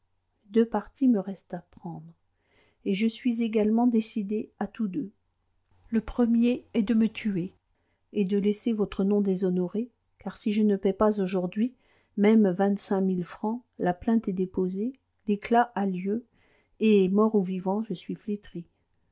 deux partis me restent à prendre et je suis également décidé à tous deux le premier est de me tuer et de laisser votre nom déshonoré car si je ne paie pas aujourd'hui même vingt-cinq mille francs la plainte est déposée l'éclat a lieu et mort ou vivant je suis flétri